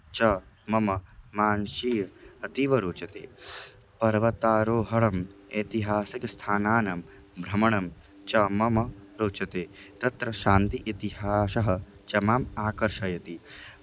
च मम मनसि अतीव रोचते पर्वतारोहणम् ऐतिहासिकस्थानानां भ्रमणं च मम रोचते तत्र शान्तिः इतिहासः च माम् आकर्षयति